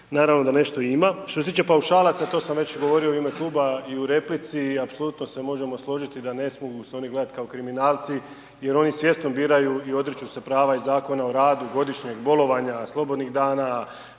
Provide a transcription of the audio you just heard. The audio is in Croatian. naravno da nešto i ima. Što se tiče paušalaca, to sam već govorio u ime kluba i u replici apsolutno se možemo složiti da ne smiju se oni gledati kao kriminalci jer oni svjesno biraju i odriču se prava i Zakona o radu, godišnjeg bolovanja, slobodnih dana,